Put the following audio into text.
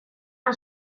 han